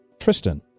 Tristan